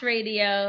Radio